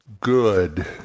good